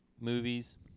movies